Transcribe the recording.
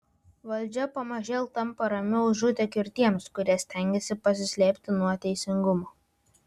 valdžia pamažėl tampa ramiu užutėkiu ir tiems kurie stengiasi pasislėpti nuo teisingumo